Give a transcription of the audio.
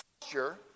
posture